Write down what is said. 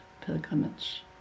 pilgrimage